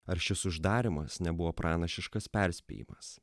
ar šis uždarymas nebuvo pranašiškas perspėjimas